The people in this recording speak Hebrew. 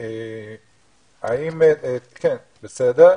כן, בסדר.